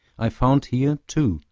i found here, too,